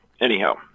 anyhow